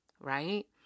right